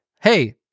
Hey